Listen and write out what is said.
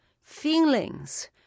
feelings